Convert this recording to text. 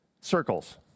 circles